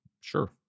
sure